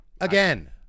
Again